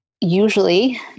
usually